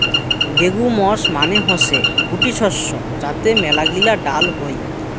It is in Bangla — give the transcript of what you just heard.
লেগুমস মানে হসে গুটি শস্য যাতে মেলাগিলা ডাল হই